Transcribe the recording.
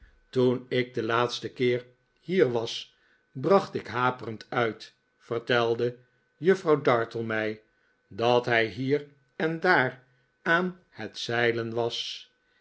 toen ik den laatsten keer hier was bracht ik haperend uit vertelde juffrouw dartle mij dat hij hier en daar aan het zeilen was